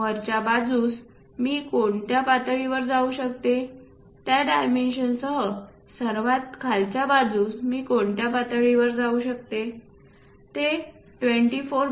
वरच्या बाजूस मी कोणत्या पातळीवर जाऊ शकते त्या डायमेन्शन सह सर्वात खालच्या बाजूस मी कोणत्या पातळीपर्यंत जाऊ शकते ते 24